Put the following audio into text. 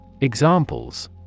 Examples